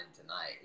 tonight